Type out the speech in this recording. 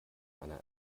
einer